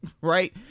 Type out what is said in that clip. right